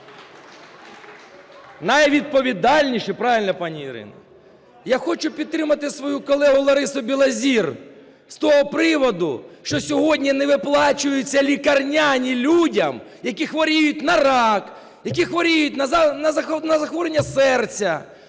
найвідповідальніші, правильно, пані Ірино. Я хочу підтримати свою колегу Ларису Білозір з того приводу, що сьогодні не виплачуються лікарняні людям, які хворіють на рак, які хворіють на захворювання серця,